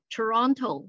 Toronto